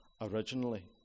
originally